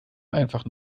einfach